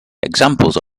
examples